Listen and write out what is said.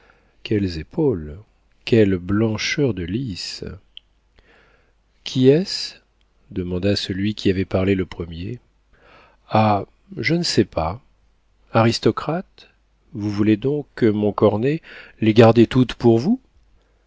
quelles épaules quelle blancheur de lis qui est-ce demanda celui qui avait parlé le premier ah je ne sais pas aristocrate vous voulez donc montcornet les garder toutes pour vous